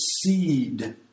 seed